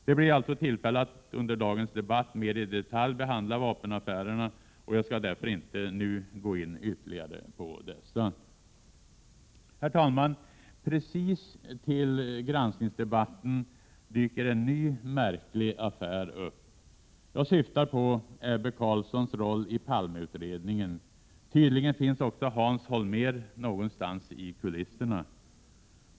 Det blir tillfälle att under dagens debatt mer i detalj behandla vapenaffärerna, och jag skall därför inte nu gå in ytterligare på dessa. Herr talman! Precis till granskningsdebatten dyker en ny märklig affär upp. Jag syftar på Ebbe Carlssons roll i Palmeutredningen. Tydligen finns också Hans Holmér någonstans i kulisserna.